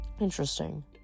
Interesting